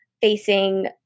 facing